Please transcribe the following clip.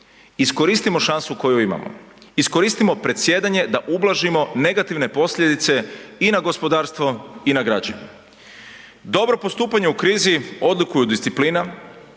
Iskoristimo šansu koju imamo, iskoristimo predsjedanje da ublažimo negativne posljedice i na gospodarstvo i na građane. Dobro postupanje u krizi odlikuju disciplina,